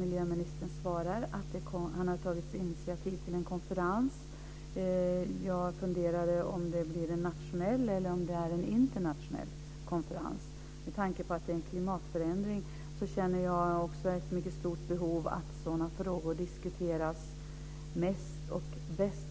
Miljöministern svarade att han har tagit initiativ till en konferens. Jag funderade över om det blir en nationell eller internationell konferens. Med tanke på att det är fråga om en klimatförändring känner jag ett stort behov av att sådana frågor diskuteras mest och bäst